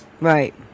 right